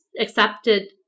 accepted